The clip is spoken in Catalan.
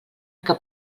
que